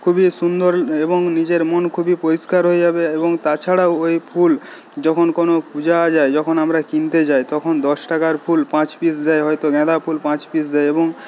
খুবই সুন্দর এবং নিজের মন খুবই পরিষ্কার হয়ে যাবে এবং তাছাড়াও ওই ফুল যখন কোনো পুজায় যায় যখন আমরা কিনতে যাই তখন দশ টাকার ফুল পাঁচ পিস দেয় হয়তো গেঁদা ফুল পাঁচ পিস দেয় এবং